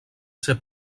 ser